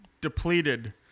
depleted